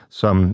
som